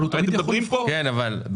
הוא יכול לבחור.